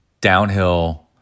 downhill